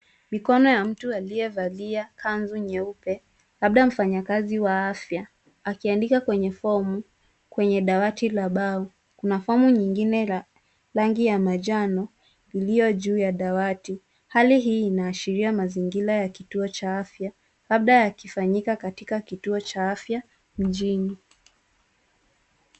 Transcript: Mikono ya mtu aliyevalia kanzu nyeupe, labda mfanyakazi wa afya, akiandika kwenye fomu kwenye dawati la mbao. Kuna fomu nyingine la rangi ya manjano iliyo juu ya dawati. Hali hii inaashiria mazingira ya kituo cha afya, labda yakifanyika katika kituo cha afya mjini.